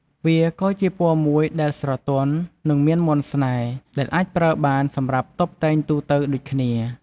វាក៏ជាពណ៌មួយដែលស្រទន់ និងមានមន្តស្នេហ៍ ដែលអាចប្រើបានសម្រាប់តុបតែងទូទៅដូចគ្នា។